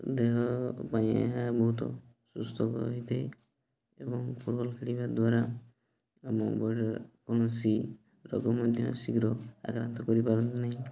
ଦେହ ପାଇଁ ଏହା ବହୁତ ସୁସ୍ଥ ହେଇଥାଏ ଏବଂ ଫୁଟବଲ୍ ଖେଳିବା ଦ୍ୱାରା ଆମ ବଡ଼ିରେ କୌଣସି ରୋଗ ମଧ୍ୟ ଶୀଘ୍ର ଆକ୍ରାନ୍ତ କରିପାରନ୍ତି ନାହିଁ